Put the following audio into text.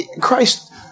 Christ